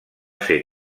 ser